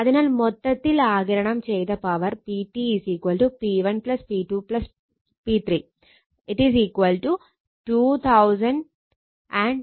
അതിനാൽ മൊത്തത്തിൽ ആഗിരണം ചെയ്ത power PT P1 P2 P3